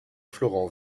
florent